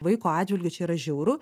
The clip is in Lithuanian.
vaiko atžvilgiu čia yra žiauru